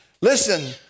Listen